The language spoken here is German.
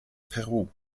peru